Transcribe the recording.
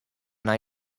nei